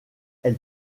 elle